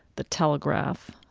the telegraph,